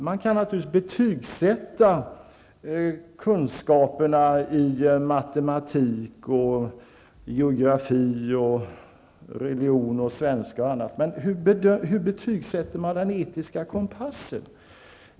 Man kan naturligtvis betygsätta kunskaperna i matematik, geografi, religion, svenska m.fl. ämnen. Men hur betygsätter man den etiska kompassen?